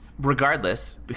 Regardless